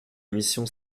mission